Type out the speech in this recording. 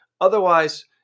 Otherwise